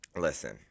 Listen